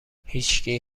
هیچکی